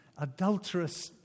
adulterous